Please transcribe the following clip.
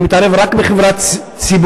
אני מתערב רק בחברה ציבורית,